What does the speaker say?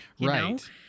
right